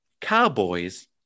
Cowboys